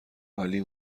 عالی